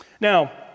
Now